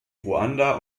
ruanda